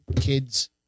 kids